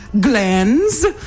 glands